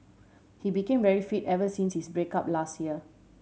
he became very fit ever since his break up last year